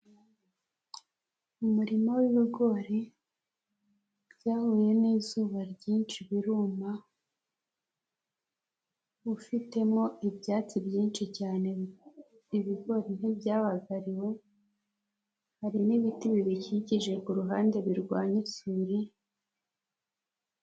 Umurima w'ibigori byahuye n'izuba ryinshi biruma ufitemo ibyatsi byinshi cyane ibigori ntibyabagariwe, hari n'ibiti bibakikije ku ruhande birwanya isuri.